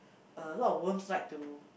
a lot of worms like to